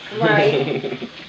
right